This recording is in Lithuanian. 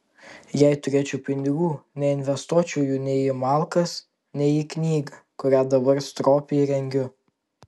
jei turėčiau pinigų neinvestuočiau jų nei į malkas nei į knygą kurią dabar stropiai rengiu